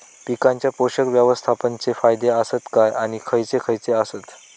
पीकांच्या पोषक व्यवस्थापन चे फायदे आसत काय आणि खैयचे खैयचे आसत?